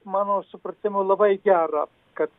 mano supratimu labai gera kad